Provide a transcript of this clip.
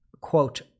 quote